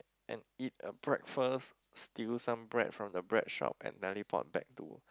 and eat a breakfast steal some bread from the bread shop and teleport to